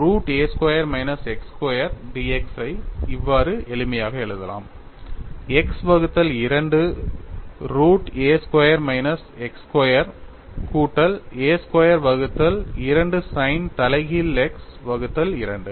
root a square minus x square dx ஐ இவ்வாறு எளிமையாக எழுதலாம் x வகுத்தல் 2 root a square minus x square கூட்டல் a ஸ்கொயர் வகுத்தல் 2 sin தலைகீழ் x வகுத்தல் 2